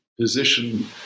position